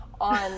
On